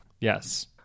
yes